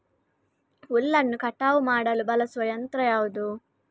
ಹುಲ್ಲನ್ನು ಕಟಾವು ಮಾಡಲು ಬಳಸುವ ಯಂತ್ರ ಯಾವುದು?